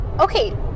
okay